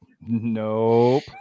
Nope